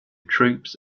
troops